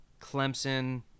Clemson